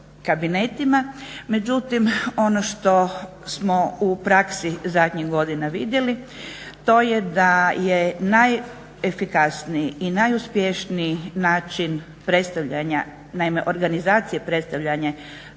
kabinetima. Međutim, ono što smo u praksi zadnjih godina vidjeli to je da je najefikasniji i najuspješniji način predstavljanja, naime organizacije predstavljanja